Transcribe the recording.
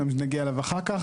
נגיע אליו אחר כך.